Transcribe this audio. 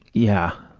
yeah.